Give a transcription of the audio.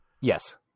yes